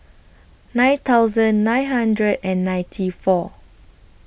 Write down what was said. nine thousand nine hundred and ninety four